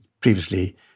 previously